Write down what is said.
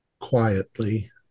quietly